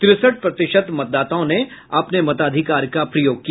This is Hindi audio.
तिरसठ प्रतिशत मतदाताओं ने अपने मताधिकार का प्रयोग किया